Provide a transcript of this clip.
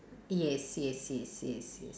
yes yes yes yes yes